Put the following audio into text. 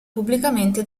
pubblicamente